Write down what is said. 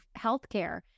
healthcare